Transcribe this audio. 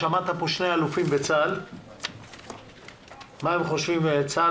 שמעת פה שני אלופים בצה"ל מה הם חושבים בצה"ל.